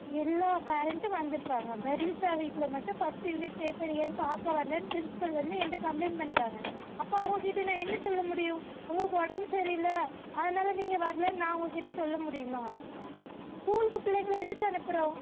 எல்லா பேரண்ட்டும் வந்திருக்காங்க பெர்லிஸா வீட்டில் மட்டும் ஃபஸ்ட்டு யூனிட் பேப்பர் ஏன் பார்க்க வர்லைன்னு ப்ரின்ஸ்பல் வந்து என்கிட்ட கம்ளைண்ட் பண்ணுறாங்க அப்போ அவங்கக்கிட்ட நான் என்ன சொல்ல முடியும் அவர்களுக்கு உடம்பு சரியில்லை அதனாலே நீங்கள் வர்லைன்னு நான் அவங்கக்கிட்ட சொல்ல முடியுமா ஸ்கூலுக்கு புள்ளைங்களை எதுக்கு அனுப்புகிறோம்